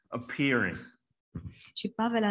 appearing